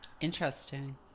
Interesting